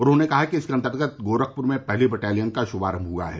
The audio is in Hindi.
उन्होंने कहा कि इसके अंतर्गत गोरखपुर में पहली बटालियन का शुभारंभ हुआ है